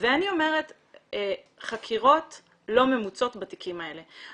אני אומרת שהחקירות לא ממוצות בתיקים האלה.